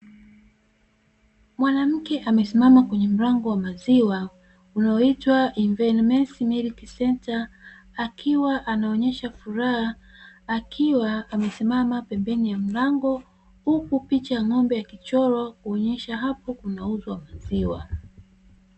Mwanamke amesimama kwenye mlango wa maziwa unaoitwa "INVEMS MILK CENTRE", akiwa anaonyesha furaha akiwa amesimama pembeni ya mlango, huku picha ya ng'ombe ikichorwa kuonyesha hapo panauzwa maziwa.